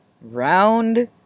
round